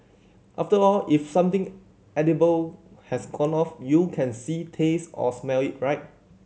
after all if something edible has gone off you can see taste or smell it right